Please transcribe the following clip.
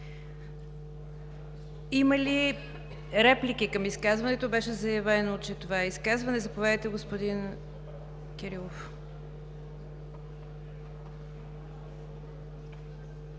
Има ли реплики към изказването? Беше заявено, че това е изказване. Заповядайте, господин Кирилов.